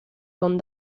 con